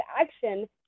action